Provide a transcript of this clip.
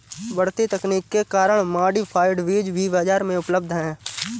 बढ़ती तकनीक के कारण मॉडिफाइड बीज भी बाजार में उपलब्ध है